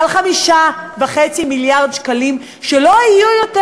על 5.5 מיליארד שקלים שלא יהיו יותר